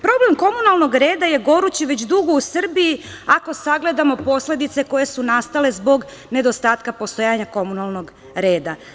Problem komunalnog reda je gorući već dugo u Srbiji ako sagledamo posledice koje su nastale zbog nedostatka postojanja komunalnog reda.